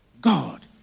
God